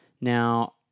Now